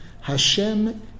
Hashem